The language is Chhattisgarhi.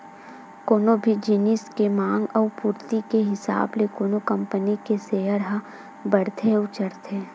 कोनो भी जिनिस के मांग अउ पूरति के हिसाब ले कोनो कंपनी के सेयर ह बड़थे अउ चढ़थे